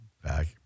back